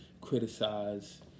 criticize